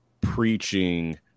preaching